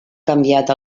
canviat